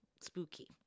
spooky